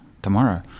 tomorrow